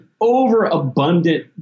overabundant